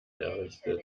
errichtet